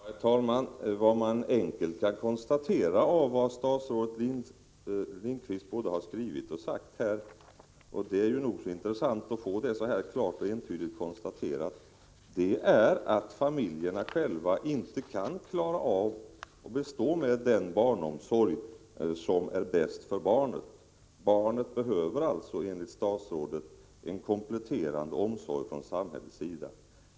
Herr talman! Vad man enkelt kan konstatera av vad statsrådet Lindqvist både skrivit och sagt — och det är nog så intressant att få det så klart och entydigt konstaterat — är att familjerna inte själva kan bestå den barnomsorg som är bäst för barnen. Barnen behöver alltså enligt statsrådet Lindqvist kompletterande omsorg från samhällets sida.